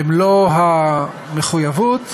במלוא המחויבות,